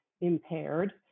impaired